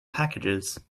packages